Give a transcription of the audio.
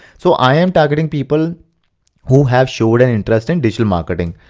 so i am targeting people who have shown interest in digital marketing.